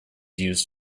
used